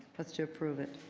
that's to approve it.